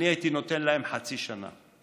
אני הייתי נותן להם חצי שנה,